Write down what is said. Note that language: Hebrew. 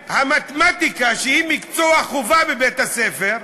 שהמתמטיקה, שהיא מקצוע חובה בבית-הספר,